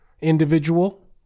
individual